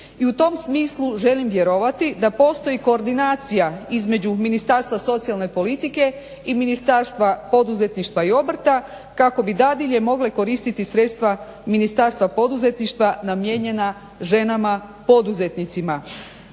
I u tom smislu želim vjerovati da postoji koordinacija između Ministarstva socijalne politike i Ministarstva poduzetništva i obrta kako bi dadilje mogle koristiti sredstva Ministarstva poduzetništva namijenjena ženama poduzetnicima,